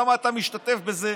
למה אתה משתתף בזה?